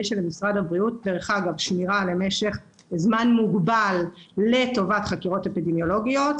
השמירה של זה תהיה למשך זמן מוגבל לטובת חקירות אפידמיולוגיות,